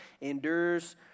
endures